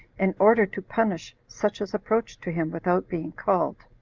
in order to punish such as approached to him without being called.